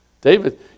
David